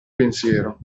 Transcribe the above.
pensiero